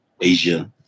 Asia